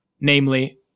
namely